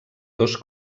dos